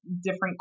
different